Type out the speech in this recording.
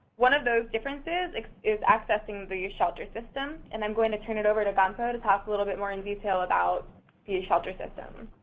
one of those differences is accessing the youth shelter system and i'm going to turn it over to guntho to talk a little bit more in detail about the and shelter system.